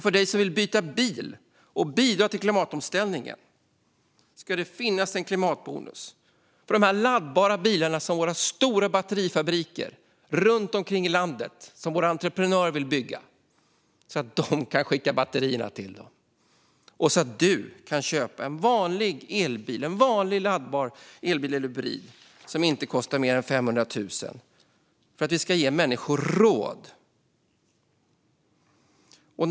För dig som vill byta bil och bidra till klimatomställningen ska det finnas en klimatbonus. Och till de laddbara bilarna kan våra stora batterifabriker, som våra entreprenörer vill bygga runt omkring i landet, skicka batterierna. Då kan du köpa en vanlig laddbar elbil eller hybridbil, som inte kostar mer än 500 000, för att människor ska ha råd.